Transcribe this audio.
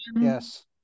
Yes